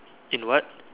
in what